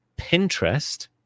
Pinterest